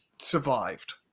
survived